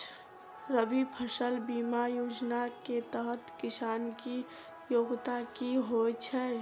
रबी फसल बीमा योजना केँ तहत किसान की योग्यता की होइ छै?